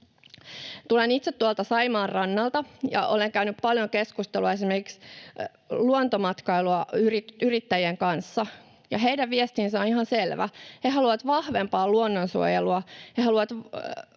Tulen itse tuolta Saimaan rannalta, ja olen käynyt paljon keskustelua esimerkiksi luontomatkailuyrittäjien kanssa, ja heidän viestinsä on ihan selvä: he haluavat vahvempaa luonnonsuojelua,